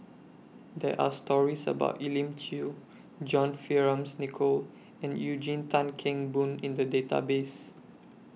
There Are stories about Elim Chew John Fearns Nicoll and Eugene Tan Kheng Boon in The Database